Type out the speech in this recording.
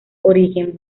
origen